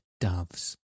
doves